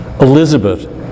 Elizabeth